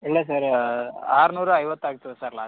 ಇಲ್ಲ ಸರ್ ಆರ್ನೂರ ಐವತ್ತು ಆಗ್ತದೆ ಸರ್ ಲಾಸ್ಟ್